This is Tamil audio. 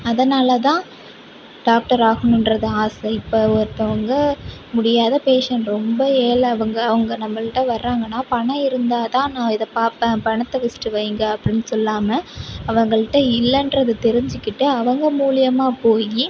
அதனால் தான் டாக்டர் ஆகணுன்றது தான் ஆசை இப்போ ஒருத்தவங்க முடியாத பேபேஷண்ட் ரொம்ப ஏழை அவங்க நம்பள்கிட்ட வராங்கன்னா பணம் இருந்தா தான் நான் இதை பார்ப்பேன் பணத்தை ஃபர்ஸ்ட்டு வைங்க அப்படின்னு சொல்லாமல் அவங்கள்கிட்ட இல்லன்றதை தெரிஞ்சிக்கிட்டு அவங்க மூலியமாக போய்